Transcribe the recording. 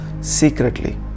secretly